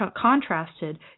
contrasted